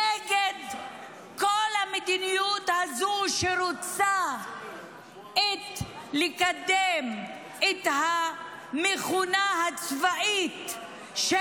נגד כל המדיניות הזו שרוצה לקדם את המכונה הצבאית של